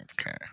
Okay